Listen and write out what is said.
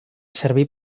servir